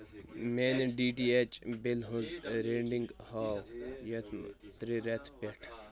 میانہِ D T H بِلہِ ہٕنٛز رڈنگ ہاو یَتھ ترے رٮ۪تہٕ پٮ۪ٹھٕ